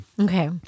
Okay